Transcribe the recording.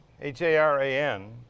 H-A-R-A-N